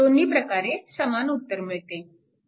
दोन्ही प्रकारे समान उत्तर मिळते